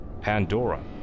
Pandora